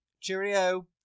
cheerio